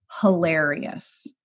hilarious